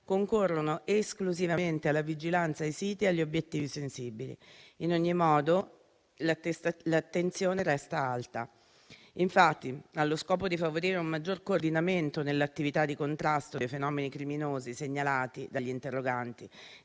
concorrono esclusivamente alla vigilanza ai siti e agli obiettivi sensibili. In ogni modo, l'attenzione resta alta. Infatti, allo scopo di favorire un maggior coordinamento nell'attività di contrasto dei fenomeni criminosi segnalati dagli interroganti